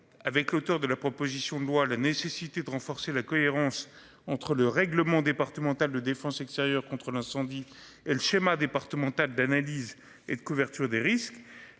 Avec l'auteur de la proposition de loi la nécessité de renforcer la cohérence entre le règlement départemental de défense extérieure contre l'incendie et le schéma départemental d'analyse et de couverture des risques.